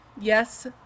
Yes